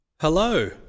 Hello